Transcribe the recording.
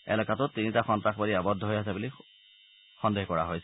এলেকাটোত তিনিটা সন্তাসবাদী আৱদ্ধ হৈ আছে বুলি সন্দেহ কৰা হৈছে